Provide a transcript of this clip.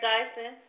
Dyson